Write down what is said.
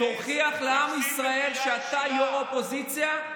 תוכיח לעם ישראל שאתה יו"ר אופוזיציה,